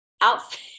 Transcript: outfit